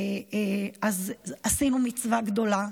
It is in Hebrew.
אז עשינו מצווה גדולה.